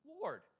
Lord